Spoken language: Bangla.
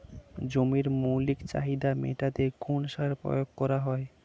জমির মৌলিক চাহিদা মেটাতে কোন সার প্রয়োগ করা হয়?